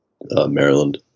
Maryland